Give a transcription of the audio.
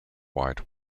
wide